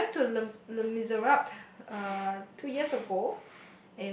ya I went to Les Les Miserables uh two years ago